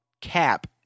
cap